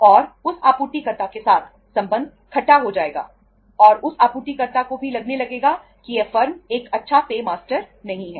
और उस आपूर्तिकर्ता के साथ संबंध खट्टा हो जाएगा और उस आपूर्तिकर्ता को भी लगने लगेगा कि यह फर्म एक अच्छा पे मास्टर नहीं है